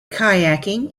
kayaking